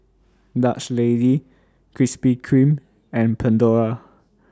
Dutch Lady Krispy Kreme and Pandora